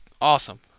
awesome